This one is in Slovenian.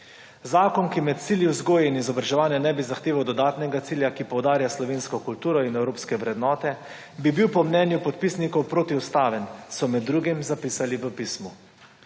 Zakon, ki je med cilju vzgoje in izobraževanja ne bi zahteval dodatnega cilja, ki poudarja slovensko kulturo in evropske vrednote bi bil po mnenju podpisnikov protiustaven so med drugim zapisali v pismu.